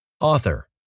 Author